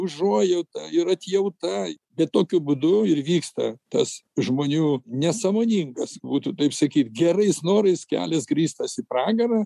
užuojauta ir atjauta bet tokiu būdu ir vyksta tas žmonių nesąmoningas būtų taip sakyt gerais norais kelias grįstas į pragarą